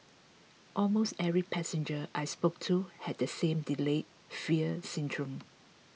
almost every passenger I spoke to had the same delayed fear syndrome